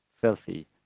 filthy